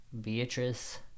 Beatrice